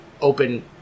open